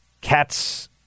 Cat's